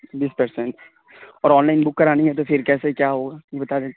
بیس percent اور online book کرانی ہے تو پھر کیسے کیا ہوگا بتا دیجیے